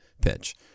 pitch